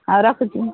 ହଉ ରଖୁଛି